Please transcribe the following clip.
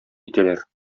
итәләр